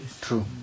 True